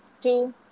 two